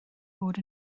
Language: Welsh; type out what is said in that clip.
bod